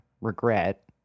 regret